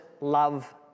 love